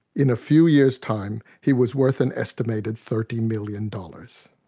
in a few years' time he was worth an estimated thirty million dollars